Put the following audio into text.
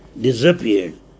disappeared